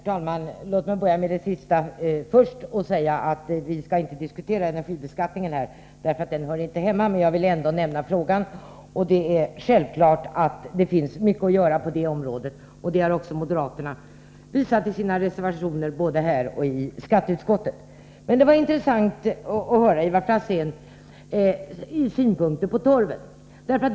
Herr talman! Låt mig börja med det sista först och säga att vi inte skall diskutera energibeskattningen eftersom den inte hör hemma här, men jag vill ändå säga några ord i frågan. Det är självklart att det finns mycket att göra på det området, och det har också moderaterna visat i sina reservationer, både här och i skatteutskottet. Det var intressant att höra Ivar Franzéns synpunkter på torven.